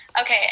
Okay